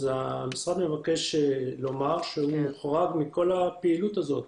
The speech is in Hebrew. אז המשרד מבקש לומר שהוא מוחרג מכל הפעילות הזאת.